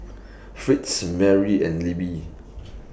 Fritz Merry and Libby